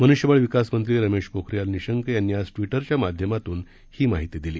मनृष्यबळविकास मंत्री रमेश पोखरियाल निशंक यांनी आज ट्वीटरच्या माध्यमातून ही माहिती दिली